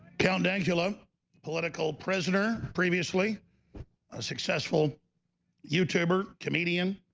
count angelo political prisoner previously a successful youtuber comedian